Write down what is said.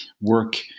work